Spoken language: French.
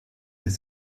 des